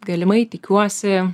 galimai tikiuosi